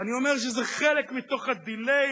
אני אומר שזה חלק מתוך ה-delay